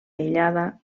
aïllada